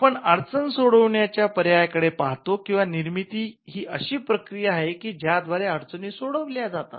आपण अडचणी सोडवण्याच्या पर्यायाकडे पाहतो किंवा निर्मिती ही अशी प्रक्रिया आहे की ज्याद्वारे अडचणी सोडविल्या जातात